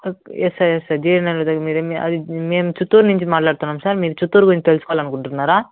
yes yes sir మేము చిత్తూరు నుంచి మాట్లాడుతున్నాం సార్ మీరు చిత్తూరు గురించి తెలుసుకోవాలనుకుంటున్నారా